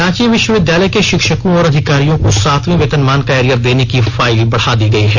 रांची विष्वविद्यालय के षिक्षकों और अधिकारियों को सातवें वेतनमान का एरियर देने की फाइल बढ़ा दी गयी है